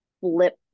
flip